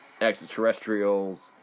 extraterrestrials